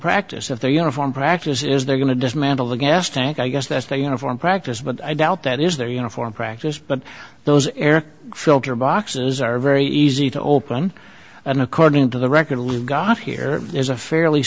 practice of their uniform practice is they're going to dismantle the gas tank i guess that's the uniform practice but i doubt that is their uniform practice but those air filter boxes are very easy to open and according to the record live god here is a fairly